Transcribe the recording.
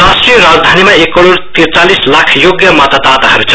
राष्ट्रीय राजधानीमा एक करोड़ तिरचालिस लाख योग्य मतताताहरू छन्